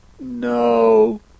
No